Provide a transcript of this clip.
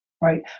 right